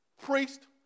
priest